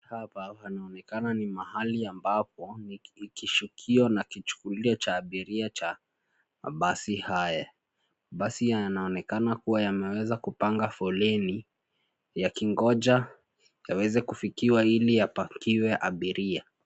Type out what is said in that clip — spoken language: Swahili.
Hapa panaonekana ni mahali ambapo ni kishukio na kichukulia cha abiria cha mabasi haya. Mabasi yanaonekana kuwa yameweza kupanga foleni, yakingoja yaweze kufikiwa ili yapakiwe abiria.